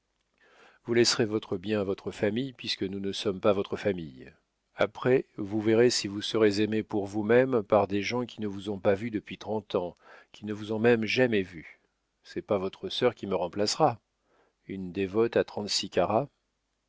vous laisserez votre bien à votre famille puisque nous ne sommes pas votre famille après vous verrez si vous serez aimé pour vous-même par des gens qui ne vous ont pas vu depuis trente ans qui ne vous ont même jamais vu c'est pas votre sœur qui me remplacera une dévote à trente-six